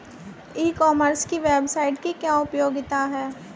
ई commerce की website की क्या उपयोगिता है?